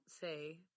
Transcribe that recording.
say